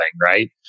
right